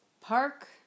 Park